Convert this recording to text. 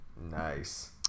Nice